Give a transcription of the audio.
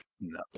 no